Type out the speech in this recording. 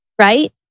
right